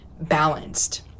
balanced